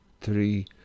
three